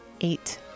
eight